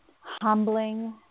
humbling